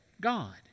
God